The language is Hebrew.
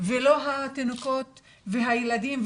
ולא התינוקות והילדים,